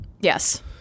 Yes